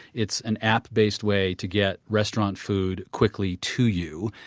it's an app based way to get restaurant food quickly to you.